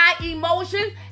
emotions